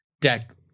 deck